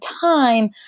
time